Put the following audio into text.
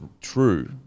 true